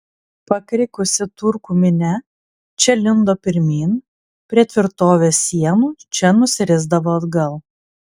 pakrikusi turkų minia čia lindo pirmyn prie tvirtovės sienų čia nusirisdavo atgal